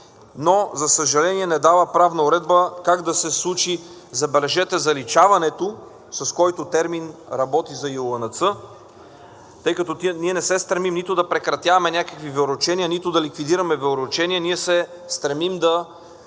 но за съжаление, не дава правна уредба как да се случи, забележете, заличаването, с който термин работи ЗЮЛНЦ, тъй като ние не се стремим нито да прекратяваме някакви вероучения, нито да ликвидираме вероучения, ние се стремим да